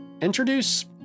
introduce